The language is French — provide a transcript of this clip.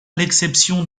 l’exception